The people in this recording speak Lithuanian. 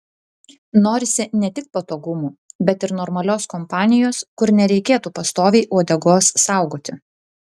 norisi ne tik patogumų bet ir normalios kompanijos kur nereikėtų pastoviai uodegos saugoti